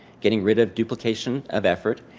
getting rid of duplication of effort.